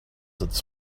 its